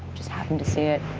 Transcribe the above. just happen to see it.